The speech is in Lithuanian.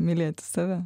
mylėti save